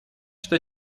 что